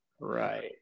right